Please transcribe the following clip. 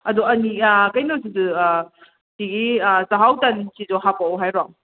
ꯑꯗꯨ ꯑꯅꯤ ꯀꯩꯅꯣꯁꯤꯗ ꯁꯤꯒꯤ ꯆꯍꯥꯎ ꯇꯟꯁꯤꯁꯨ ꯍꯥꯄꯛꯑꯣ ꯍꯥꯏꯔꯣ